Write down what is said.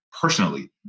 personally